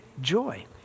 joy